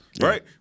Right